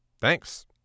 Thanks